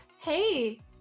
Hey